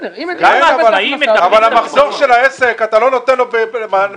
אבל המחזור של העסק, אתה לא נותן לו מענה.